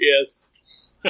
Yes